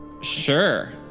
Sure